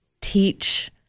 teach